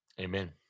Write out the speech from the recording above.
Amen